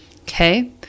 Okay